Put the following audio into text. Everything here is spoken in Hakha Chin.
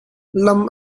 lam